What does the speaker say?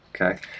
okay